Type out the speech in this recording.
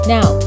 Now